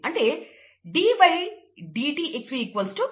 అంటే ddt xV rg